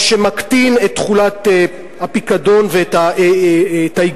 מה שמקטין את תחולת הפיקדון ואת ההיגיון